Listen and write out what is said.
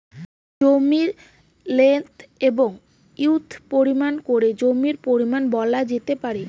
জমির লেন্থ এবং উইড্থ পরিমাপ করে জমির পরিমান বলা যেতে পারে